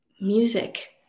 Music